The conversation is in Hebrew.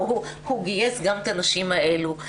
הוא גייס גם את הנשים האלו.